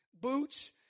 boots